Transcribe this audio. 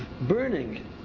burning